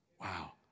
Wow